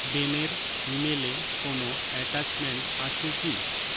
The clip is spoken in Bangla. বেনের ইমেলে কোনো অ্যাটাচমেন্ট আছে কি